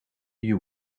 you